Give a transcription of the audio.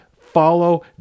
Follow